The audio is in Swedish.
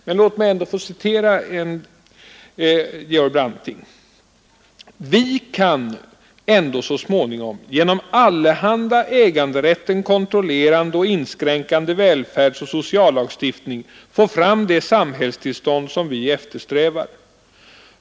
Men låt mig ändå få citera Georg Branting: ”Vi kan ändå så småningom genom allehanda äganderätten kontrollerande och inskränkande välfärdsoch sociallagstiftning få fram det samhällstillstånd som vi eftersträvar.